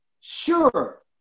sure